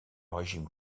régime